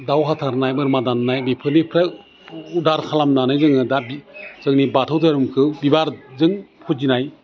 दाउ हाथारनाय बोरमा दान्नाय बेफोरनिफ्राय उदार खालामनानै जोङो दा बि जोंनि बाथौ दोहोरोमखौ बिबारजों फुजिनाय